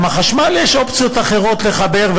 כי חשמל יש אופציות אחרות לחבר,